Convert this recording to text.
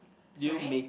sorry